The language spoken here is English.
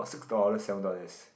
or six dollars seven dollars